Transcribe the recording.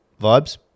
vibes